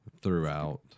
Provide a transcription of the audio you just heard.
Throughout